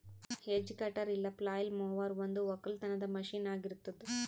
hedge cutter ಇಲ್ಲ flail mower ಒಂದು ಒಕ್ಕಲತನದ ಮಷೀನ್ ಆಗಿರತ್ತುದ್